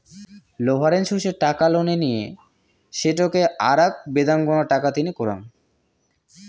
leverage হসে টাকা লোনে নিয়ে সেটোকে আরাক বেদাঙ্গনা টাকা তিনি করাঙ